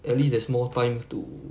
at least there's more time to